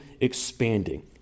expanding